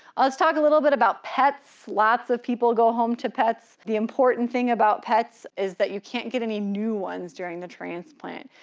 let's talk a little bit about pets. lots of people go home to pets. the important thing about pets is that you can't get any new ones during the transplant.